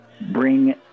bring